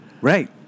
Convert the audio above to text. Right